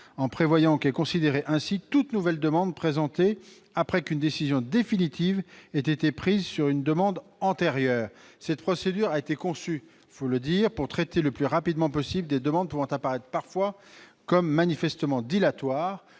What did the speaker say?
en prévoyant qu'est considérée ainsi toute nouvelle demande présentée après qu'une décision définitive a été prise sur une demande antérieure. Cette procédure a été conçue pour traiter le plus rapidement possible des demandes pouvant apparaître comme manifestement dilatoires,